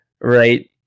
right